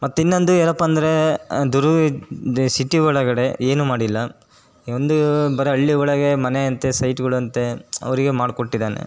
ಮತ್ತಿನ್ನೊಂದು ಏನಪ್ಪ ಅಂದರೆ ದುರ್ಗದ ಸಿಟಿ ಒಳಗಡೆ ಏನೂ ಮಾಡಿಲ್ಲ ಎ ಒಂದು ಬರೀ ಹಳ್ಳಿ ಒಳಗೆ ಮನೆ ಅಂತೆ ಸೈಟ್ಗಳಂತೆ ಅವರಿಗೆ ಮಾಡಿಕೊಟ್ಟಿದ್ದಾನೆ